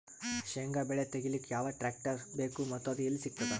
ಶೇಂಗಾ ಬೆಳೆ ತೆಗಿಲಿಕ್ ಯಾವ ಟ್ಟ್ರ್ಯಾಕ್ಟರ್ ಬೇಕು ಮತ್ತ ಅದು ಎಲ್ಲಿ ಸಿಗತದ?